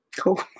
Cool